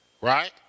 right